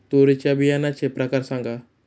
तूरीच्या बियाण्याचे प्रकार सांगा